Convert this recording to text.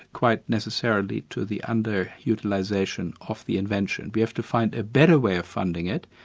quite necessarily, to the under-utilisation of the invention. we have to find a better way of funding it,